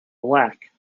black